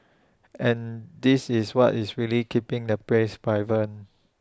and this is what is really keeping the place vibrant